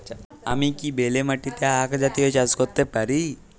আমি কি বেলে মাটিতে আক জাতীয় চাষ করতে পারি?